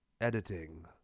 editing